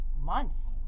months